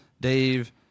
dave